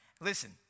Listen